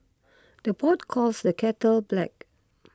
the pot calls the kettle black